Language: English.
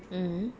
mm